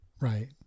Right